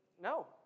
No